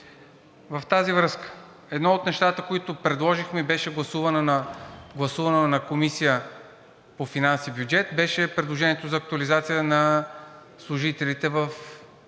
В тази връзка, едно от нещата, които предложихме, гласувано на Комисия по бюджет и финанси, беше предложението за актуализация на служителите в сектор